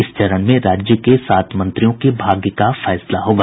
इस चरण में राज्य के सात मंत्रियों के भाग्य का फैसला होगा